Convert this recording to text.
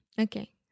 Okay